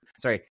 sorry